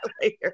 later